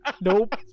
Nope